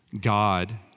God